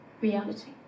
reality